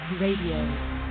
RADIO